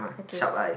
sharp eye